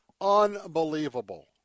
unbelievable